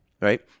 Right